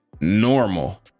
normal